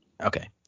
Okay